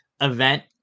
event